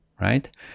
right